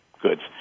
goods